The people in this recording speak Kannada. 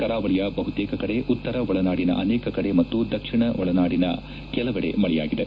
ಕರಾವಳಿಯ ಬಹುತೇಕ ಕಡೆ ಉತ್ತರ ಒಳನಾಡಿನ ಅನೇಕ ಕಡೆ ಮತ್ತು ದಕ್ಷಿಣ ಒಳನಾಡಿನ ಕೆಲವೆಡೆ ಮಳೆಯಾಗಿದೆ